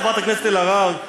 חברת הכנסת אלהרר,